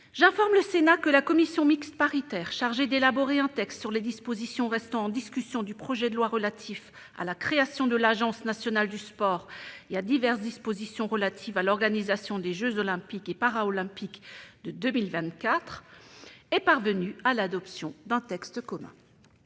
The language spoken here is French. J'informe le Sénat que la commission mixte paritaire chargée d'élaborer un texte sur les dispositions restant en discussion du projet de loi relatif à la création de l'Agence nationale du sport et à diverses dispositions relatives à l'organisation des jeux Olympiques et Paralympiques de 2024 est parvenue à l'adoption d'un texte commun.